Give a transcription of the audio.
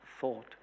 thought